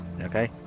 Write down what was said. Okay